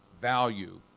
value